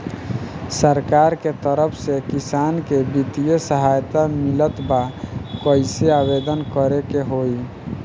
सरकार के तरफ से किसान के बितिय सहायता मिलत बा कइसे आवेदन करे के होई?